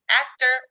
actor